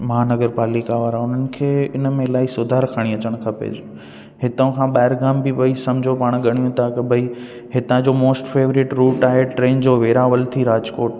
महानगर पालिका वारा उन्हनि खे हिन में इलाही सुधारु खणी अचणु खपे हितां खां ॿाहिरि खां बि भाई सम्झो पाण ॻणियूं था की भाई हितां जो मोस्ट फेवरेट रूट आहे ट्रेन जो वेरावल थी राजकोट